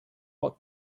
what